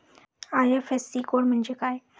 IFSC code म्हणजे काय?